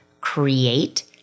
create